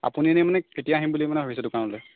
আপুনি ইনে মানে কেতিয়া আহিম বুলি মানে ভাবিছে দোকানলৈ